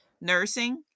nursing